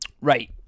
right